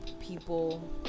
people